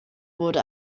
wurde